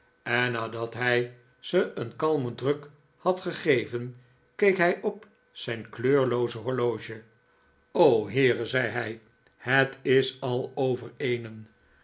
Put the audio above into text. en nadat hij ze een klammen druk had gegeven keek hij op zijn kleurlooze horloge heere zei hij het is al over eenen